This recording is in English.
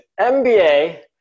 MBA